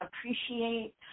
appreciate